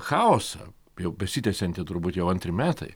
chaosą jau besitęsiantį turbūt jau antri metai